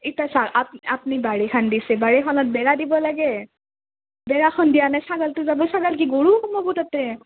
ইতা চাওক আপ্নি আপনি বাৰীখান দিছে বাৰীখানত বেৰা দিব লাগে বেৰাখান দিয়া নাই ছাগালটো যাবই ছাগাল কি গৰু সোমাব তাতে